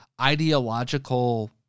ideological